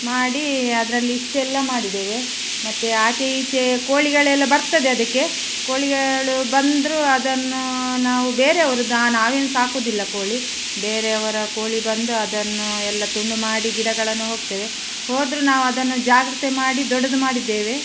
ಮಾಡಿ ಅದರಲ್ಲಿ ಇಷ್ಟೆಲ್ಲ ಮಾಡಿದ್ದೇವೆ ಮತ್ತು ಆಚೆ ಈಚೆ ಕೋಳಿಗಳೆಲ್ಲ ಬರ್ತದೆ ಅದಕ್ಕೆ ಕೋಳಿಗಳು ಬಂದರು ಅದನ್ನು ನಾವು ಬೇರೆ ಅವರದ್ದು ನಾವೇನು ಸಾಕುವುದಿಲ್ಲ ಕೋಳಿ ಬೇರೆ ಅವರ ಕೋಳಿ ಬಂದು ಅದನ್ನು ಎಲ್ಲ ತುಂಡು ಮಾಡಿ ಗಿಡಗಳನ್ನು ಹೋಗ್ತೇವೆ ಹೋದರು ನಾವದನ್ನು ಜಾಗ್ರತೆ ಮಾಡಿ ದೊಡ್ದು ಮಾಡಿದ್ದೇವೆ